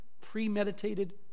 premeditated